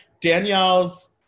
Danielle's